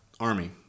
Army